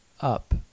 up